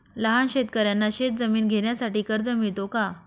लहान शेतकऱ्यांना शेतजमीन घेण्यासाठी कर्ज मिळतो का?